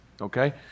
Okay